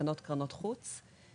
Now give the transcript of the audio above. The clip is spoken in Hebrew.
תקנות השקעות משותפות בנאמנות (הצעת יחידות של קרן חוץ)